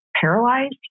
paralyzed